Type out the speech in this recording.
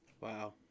Wow